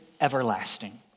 everlasting